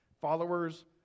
Followers